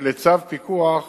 צו הפיקוח